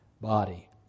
body